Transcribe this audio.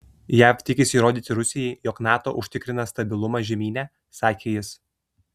jav tikisi įrodyti rusijai jog nato užtikrina stabilumą žemyne sakė jis